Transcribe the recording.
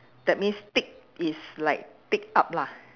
that means tick is like tick up lah